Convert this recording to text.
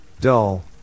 dull